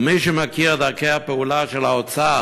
ומי שמכיר את דרכי הפעולה של האוצר